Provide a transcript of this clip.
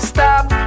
Stop